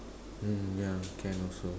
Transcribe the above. mm yeah can also